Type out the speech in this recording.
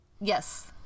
yes